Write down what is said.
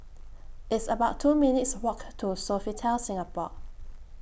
It's about two minutes' Walk to Sofitel Singapore